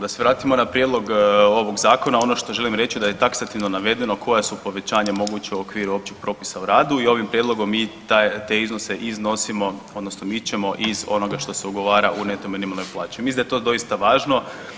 Da se vratimo na prijedlog ovog zakona, ono što želim reći da je taksativno navedeno koja su povećanja moguća u okviru općeg propisa o radu i ovim prijedlogom mi te iznosimo, iznosimo odnosno mi ćemo iz onoga što se ugovara u neto minimalnoj plaći, mislim da je to doista važno.